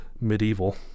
medieval